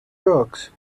drugs